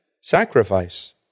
sacrifice